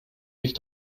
sich